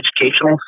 Educational